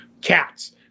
cats